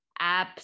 apps